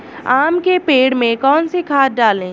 आम के पेड़ में कौन सी खाद डालें?